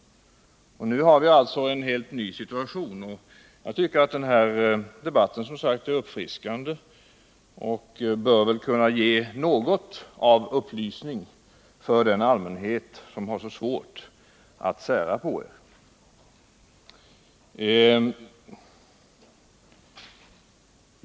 Nu har vi alltså en helt ny situation, och jag tycker som sagt att den här debatten är uppfriskande, och den bör kunna ge något av upplysning åt den allmänhet som har så svårt att sära på er.